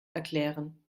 erklären